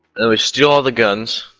are still the guns